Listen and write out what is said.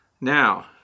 now